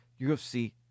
UFC